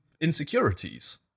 insecurities